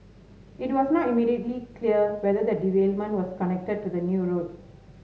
it was not immediately clear whether the derailment was connected to the new route